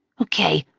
okay,